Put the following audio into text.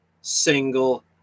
single